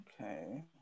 Okay